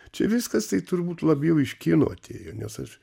čia viskas tai turbūt labiau iš kino atėjo nes aš